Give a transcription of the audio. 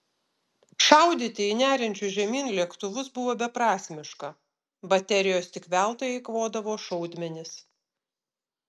šaudyti į neriančius žemyn lėktuvus buvo beprasmiška baterijos tik veltui eikvodavo šaudmenis